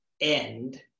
end